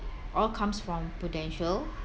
all comes from prudential